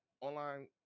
online